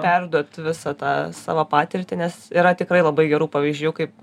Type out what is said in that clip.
perduot visą tą savo patirtį nes yra tikrai labai gerų pavyzdžių kaip